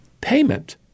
payment